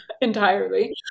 entirely